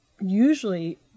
usually